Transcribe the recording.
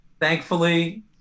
thankfully